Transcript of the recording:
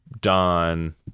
Don